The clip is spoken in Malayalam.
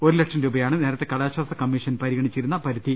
ഒരു ലക്ഷം രൂപയാണ് നേരത്തെ കടാശ്വാസ് കമ്മീഷൻ പരിഗണിച്ചിരു ന്ന പരിധി